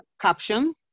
caption